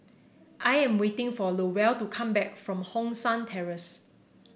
I'm waiting for Lowell to come back from Hong San Terrace